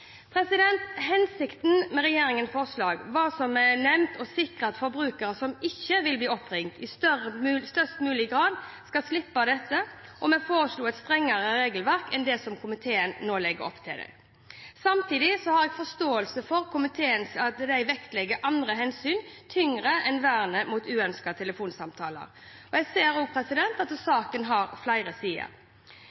Hensikten med regjeringens forslag var, som nevnt, å sikre at forbrukere som ikke vil bli oppringt, i størst mulig grad skal slippe dette, og vi foreslo et strengere regelverk enn det som komiteen nå legger opp til. Samtidig har jeg forståelse for at komiteen vektlegger andre hensyn tyngre enn vernet mot uønskede telefonsamtaler. Jeg ser også at